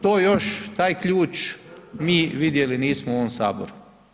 To još, taj ključ mi vidjeli nismo u ovom Saboru.